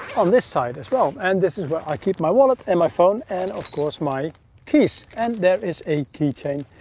on this side as well, and this is where i keep my wallet and my phone and of course my keys. and there is a key chain,